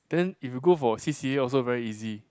then if you go for C_C_A also very easy